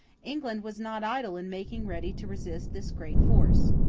england was not idle in making ready to resist this great force.